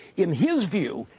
in his view,